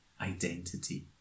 identity